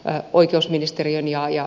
ä oikeusministeriön ja ja